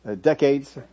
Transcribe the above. decades